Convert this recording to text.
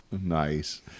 Nice